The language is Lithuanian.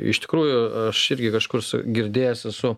iš tikrųjų aš irgi kažkur girdėjęs esu